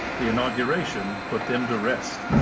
the inauguration put them to rest.